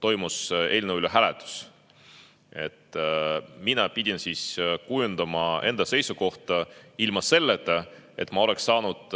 toimus hääletus eelnõu üle. Mina pidin kujundama enda seisukoha ilma selleta, et ma oleksin saanud,